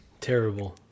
Terrible